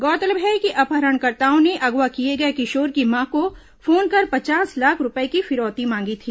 गौरतलब है कि अपहरणकर्ताओं ने अगवा किए गए किशोर की मां को फोन कर पचास लाख रूपये की फिरौती मांगी थी